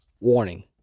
Warning